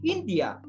India